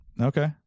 okay